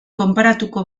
konparatuko